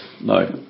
No